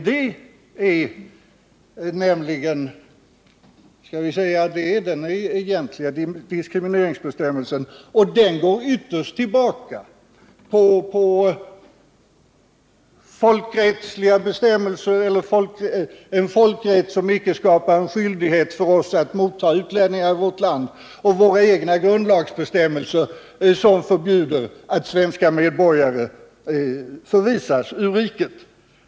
Här har vi nämligen de egentliga diskrimineringsbestämmelserna, och de går ytterst tillbaka på folkrättsliga principer, som i princip innebär att ett land icke är förpliktat att inom sitt territorium mottaga medborgare från andra länder, samt våra egna grundlagsbestämmelser, som förbjuder att svenska medborgare förvisas ur riket.